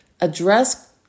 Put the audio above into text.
address